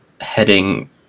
heading